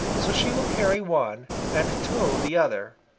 so she will carry one and tow the other.